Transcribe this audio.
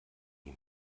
ihm